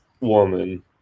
woman